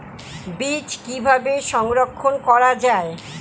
বীজ কিভাবে সংরক্ষণ করা যায়?